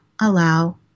allow